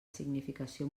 significació